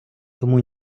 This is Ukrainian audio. тому